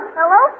Hello